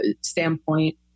standpoint